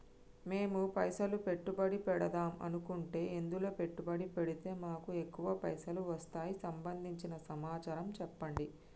మేము పైసలు పెట్టుబడి పెడదాం అనుకుంటే ఎందులో పెట్టుబడి పెడితే మాకు ఎక్కువ పైసలు వస్తాయి సంబంధించిన సమాచారం చెప్పండి?